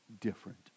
different